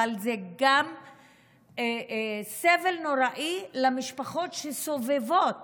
אבל זה גם סבל נוראי למשפחות שסובבות